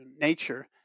nature